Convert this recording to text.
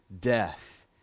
death